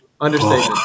understatement